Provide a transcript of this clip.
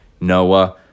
Noah